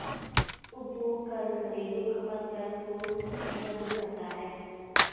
उपभोग कर घरेलू खपत कर को संदर्भित करता है